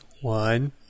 One